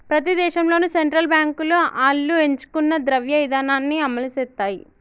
ప్రతి దేశంలోనూ సెంట్రల్ బాంకులు ఆళ్లు ఎంచుకున్న ద్రవ్య ఇదానాన్ని అమలుసేత్తాయి